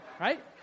Right